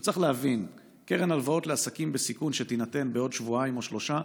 צריך להבין: קרן ההלוואות לעסקים בסיכון שתינתן בעוד שבועיים או שלושה,